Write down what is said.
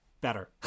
Better